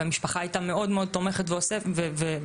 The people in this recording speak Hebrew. והמשפחה הייתה מאוד מאוד תומכת ועוטפת.